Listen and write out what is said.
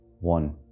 One